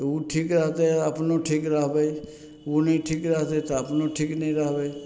तऽ उ ठीक रहतै तऽ अपनो ठीक रहबय उ नहि ठीक रहतइ तऽ अपनो ठीक नहि रहबय